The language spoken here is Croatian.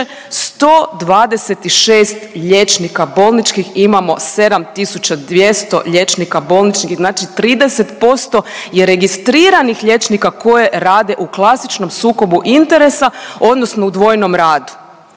2.126 liječnika bolničkih, imamo 7.200 liječnika bolničkih znači 30% je registriranih liječnika koji rade u klasičnom sukobu interesa odnosno u dvojnom radu.